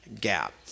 gap